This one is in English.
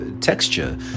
texture